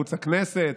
לערוץ הכנסת,